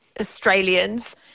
Australians